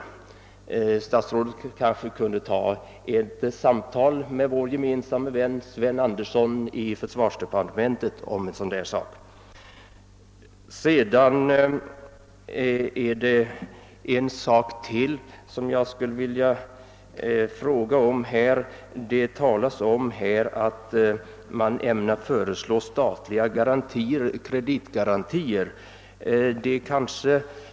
Herr statsrådet kunde kanske ta ett samtal med vår gemensamme vän Sven Andersson i försvarsdepartementet om denna sak. Jag skulle sedan vilja fråga om ytterligare en sak. Här talas om att man ämnar föreslå statliga kreditgarantier.